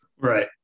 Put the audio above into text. Right